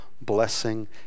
blessing